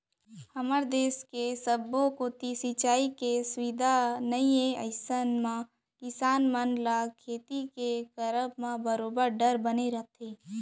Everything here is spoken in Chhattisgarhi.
हमर देस के सब्बो कोती सिंचाई के सुबिधा नइ ए अइसन म किसान मन ल खेती के करब म बरोबर डर बने रहिथे